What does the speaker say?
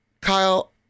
Kyle